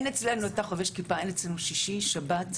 אתה חובש כיפה אין אצלנו שישי, שבת.